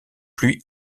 pluie